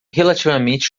relativamente